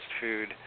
food